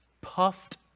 puffed